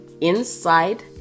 inside